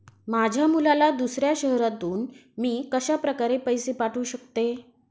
माझ्या मुलाला दुसऱ्या शहरातून मी कशाप्रकारे पैसे पाठवू शकते?